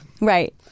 right